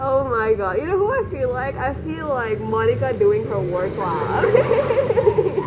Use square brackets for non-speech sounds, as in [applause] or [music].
oh my god you know who I feel like I feel like monica doing her workout [laughs]